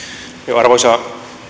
arvoisa